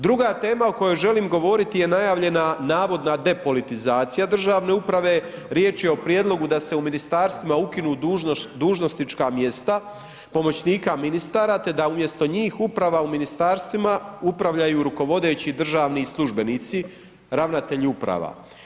Druga tema o kojoj želim govoriti je najavljena navodna depolitizacija državne uprave, riječ je o prijedlogu da se u ministarstvima ukinu dužnosnička mjesta pomoćnika ministara te da umjesto njih uprava u ministarstvima upravljaju rukovodeći državni službenici, ravnatelji uprava.